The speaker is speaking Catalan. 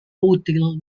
útil